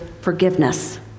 forgiveness